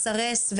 סרס,